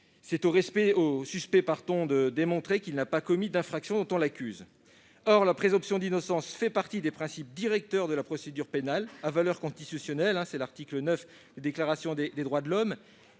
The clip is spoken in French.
C'est au suspect de démontrer qu'il n'a pas commis l'infraction dont on l'accuse. Or la présomption d'innocence fait partie des principes directeurs de la procédure pénale à valeur constitutionnelle, aux termes de l'article 9 de la Déclaration des droits de l'homme